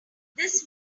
this